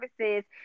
services